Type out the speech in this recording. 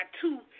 two